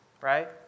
right